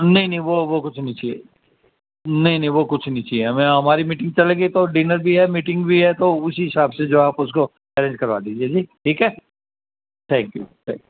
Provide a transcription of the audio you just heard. نہیں نہیں وہ وہ کچھ نہیں چاہیے نہیں نہیں وہ کچھ نہیں چاہیے ہمیں ہماری میٹنگ چلے گی تو ڈنر بھی ہے میٹنگ بھی ہے تو اسی حساب سے جو آپ اس کو ارینج کروا دیجیے جی ٹھیک ہے تھینک یو تھینک یو